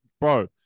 bro